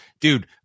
dude